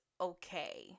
okay